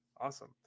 awesome